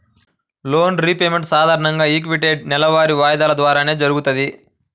loan repayment సాధారణంగా equated నెలవారీ వాయిదాల ద్వారానే జరుగుతది